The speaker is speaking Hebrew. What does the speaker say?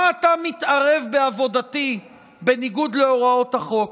מה אתה מתערב בעבודתי בניגוד להוראות החוק?